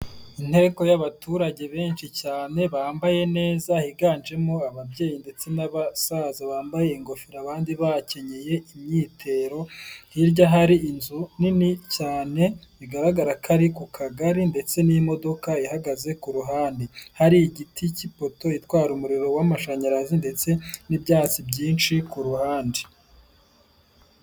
Inteko y'abaturage benshi cyane bambaye neza higanjemo ababyeyi ndetse n'abasaza bambaye ingofero abandi bahakenyeye imyitero , hirya hari inzu nini cyane bigaragara ko ari ku kagari ndetse n'imodoka ihagaze ku ruhande . Hari igiti cy'ipoto itwara umuriro w'amashanyarazi ndetse n'ibyatsi byinshi ku ruhande.